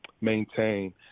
maintain